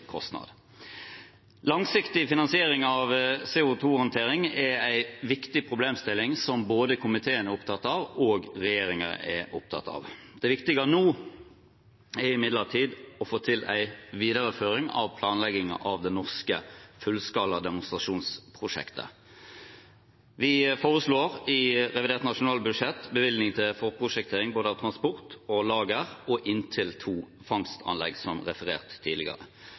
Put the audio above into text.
kostnad. Langsiktig finansiering av CO 2 -håndtering er en viktig problemstilling som både komiteen og regjeringen er opptatt av. Det viktige nå er imidlertid å få til en videreføring av planleggingen av det norske fullskala demonstrasjonsprosjektet. Vi foreslår i revidert nasjonalbudsjett bevilgning til forprosjektering av både transport og lager og inntil to fangstanlegg, som referert til tidligere,